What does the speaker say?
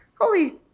holy